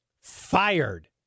fired